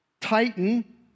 Titan